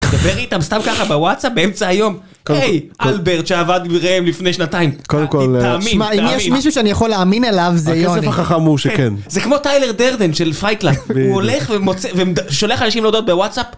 דבר איתם סתם ככה בוואטסאפ באמצע היום. היי, אלברט שעבד עם ראם לפני שנתיים. קודם כל, תאמין, תאמין. אם יש מישהו שאני יכול להאמין אליו זה יוני. הכסף הכחמור שכן. זה כמו טיילר דרדן של פייטלאפ. הוא הולך ומוצא, ושולח אנשים לדעות בוואטסאפ.